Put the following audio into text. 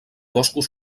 boscos